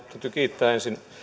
täytyy kiittää ensin